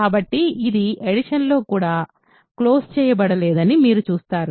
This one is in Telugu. కాబట్టి ఇది అడిషన్ లో కూడా క్లోజ్ చేయబడలేదని మీరు చూస్తారు